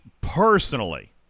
personally